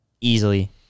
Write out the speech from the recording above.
easily